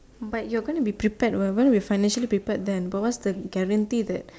but you're gonna be prepared why be financially prepared then but that's the guarantee that